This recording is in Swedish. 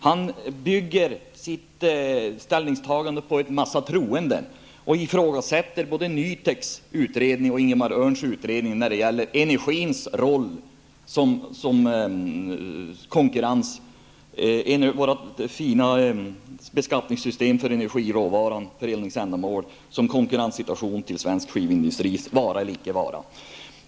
Han bygger sitt ställningstagande på en massa troende och ifrågasätter både NUTEKs utredning och Ingemar Öhrns utredning när det gäller den roll energin spelar och den betydelse vårt fina beskattningssystem för energiråvara som används för eldningsändamål har för näringens konkurrenssituation och för svensk skivindustris vara eller icke vara.